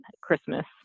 Christmas